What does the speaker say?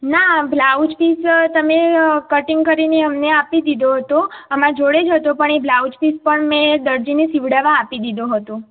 ના blouse piece તમે અ કટિંગ કરીને અમને આપી દીધો હતો અમારી જોડે જ હતો પણ એ બ્લાઉઝ પીસ પણ મેં દરજીને સીવડાવવા આપી દીધો હતો